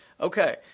Okay